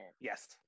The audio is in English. Yes